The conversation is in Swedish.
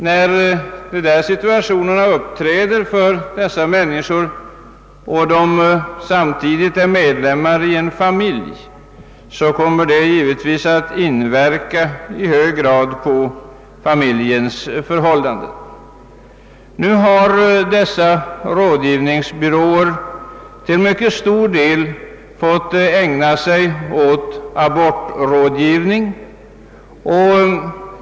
När en person som har familj hamnar i en sådan situation inverkar den i hög grad även på familjens förhållanden. Rådgivningsbyråerna har till mycket stor del fått ägna sig åt abortrådgivning.